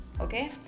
okay